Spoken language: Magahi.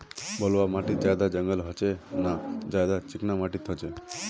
बलवाह माटित ज्यादा जंगल होचे ने ज्यादा चिकना माटित होचए?